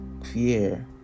fear